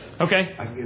Okay